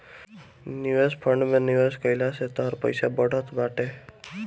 निवेश फंड में निवेश कइला से तोहार पईसा बढ़त बाटे